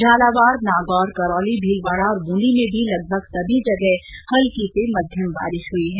झालावाड़ नागौर करौली भीलवाड़ा और बूंदी में भी लगभग सभी जगह हल्की से मध्यम बारिश हुई है